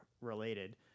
related